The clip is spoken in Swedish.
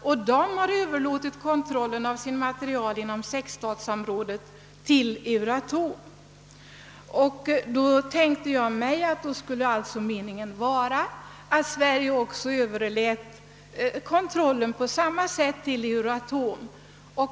Och de har ju överlåtit kontrollen av sitt material inom sexstatsområdet till Euratom, och jag tänkte mig därför att meningen alltså skulle vara att Sverige på samma sätt överlät kontrollen av sitt material till Euratom.